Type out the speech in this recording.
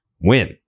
Win